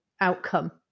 outcome